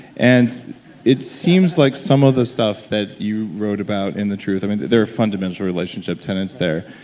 and it seems like some of the stuff that you wrote about in the truth, and there are fundamental relationship tenets there,